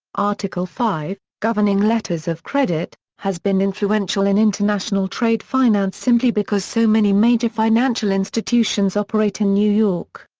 article five, governing letters of credit, has been influential in international trade finance simply because so many major financial institutions operate in new york.